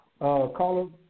Caller